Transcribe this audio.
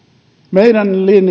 meidän